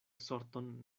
sorton